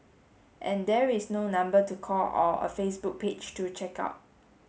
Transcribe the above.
and there is no number to call or a Facebook page to check out